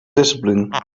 discipline